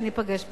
שניפגש בשמחות.